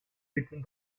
between